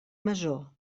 masó